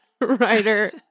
writer